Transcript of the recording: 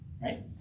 Right